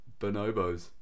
bonobos